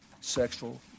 sexual